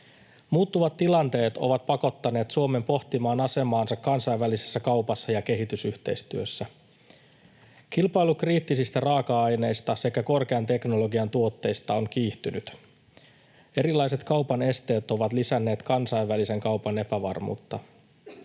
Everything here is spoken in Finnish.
Muuttuvat tilanteet ovat pakottaneet Suomen pohtimaan asemaansa kansainvälisessä kaupassa ja kehitysyhteistyössä. Kilpailu kriittisistä raaka-aineista sekä korkean teknologian tuotteista on kiihtynyt. Erilaiset kaupan esteet ovat lisänneet kansainvälisen kaupan epävarmuutta.